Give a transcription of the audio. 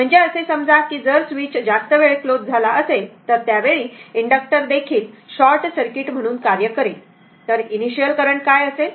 म्हणजेच असे समजा की जर स्विच जास्त वेळ क्लोज झाला असेल तर त्यावेळी इंडक्टर् देखील शॉर्ट सर्किट म्हणून कार्य करेल तर इनिशिअल करंट काय असेल